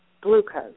glucose